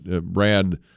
Brad